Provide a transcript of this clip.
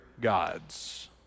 gods